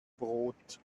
brot